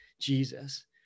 Jesus